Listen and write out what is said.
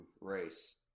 race